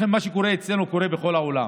לכן מה שקורה אצלנו קורה בכל העולם.